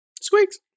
Squeaks